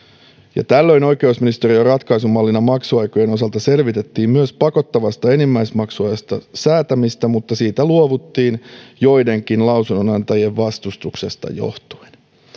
tällöin oikeusministeriön ratkaisumallina maksuaikojen osalta selvitettiin myös pakottavasta enimmäismaksuajasta säätämistä mutta siitä luovuttiin joidenkin lausunnonantajien vastustuksesta johtuen